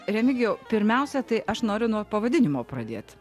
remigijau pirmiausia tai aš noriu nuo pavadinimo pradėt